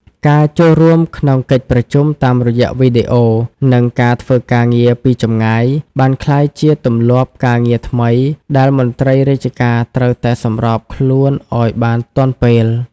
ការចូលរួមក្នុងកិច្ចប្រជុំតាមរយៈវីដេអូ និងការធ្វើការងារពីចម្ងាយ បានក្លាយជាទម្លាប់ការងារថ្មីដែលមន្ត្រីរាជការត្រូវតែសម្របខ្លួនឱ្យបានទាន់ពេល។